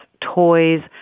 toys